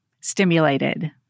stimulated